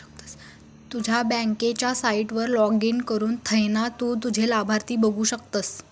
तुझ्या बँकेच्या साईटवर लाॅगिन करुन थयना तु तुझे लाभार्थी बघु शकतस